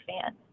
fans